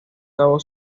cabo